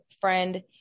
friend